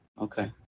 okay